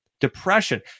depression